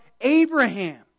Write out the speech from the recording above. Abraham